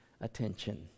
attention